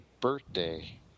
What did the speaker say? birthday